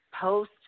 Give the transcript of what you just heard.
post